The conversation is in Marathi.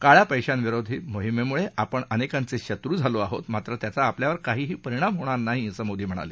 काळ्या पैशाविरोधी मोहिमेमुळे आपण अनेकांचे शत्रू झालो आहोत मात्र त्याचा आपल्यावर काही परिणाम होणार नाही असं मोदी म्हणाले